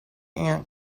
ant